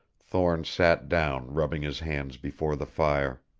thorne sat down, rubbing his hands before the fire.